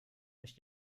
euch